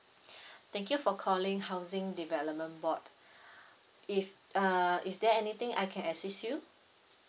thank you for calling housing development board if uh is there anything I can assist you